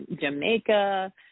Jamaica